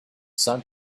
sun